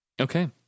Okay